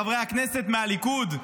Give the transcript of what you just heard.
חברי הכנסת מהליכוד,